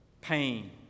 pain